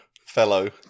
Fellow